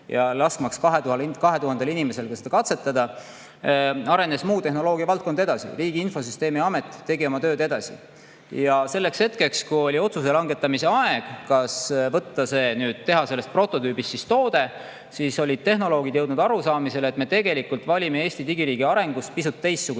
ajal, kui 2000 inimesel lasti seda katsetada, arenes muu tehnoloogiavaldkond edasi. Riigi Infosüsteemi Amet tegi oma tööd edasi. Selleks hetkeks, kui oli otsuse langetamise aeg, kas teha sellest prototüübist toode, olid tehnoloogid jõudnud arusaamisele, et me tegelikult valime Eesti digiriigi arengus pisut teistsuguse